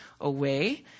away